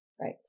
Right